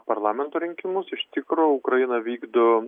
parlamento rinkimus iš tikro ukraina vykdo